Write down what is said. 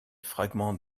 fragments